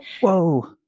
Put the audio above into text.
Whoa